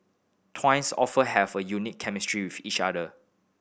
often have a unique chemistry with each other